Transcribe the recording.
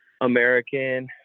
American